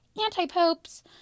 anti-popes